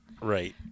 Right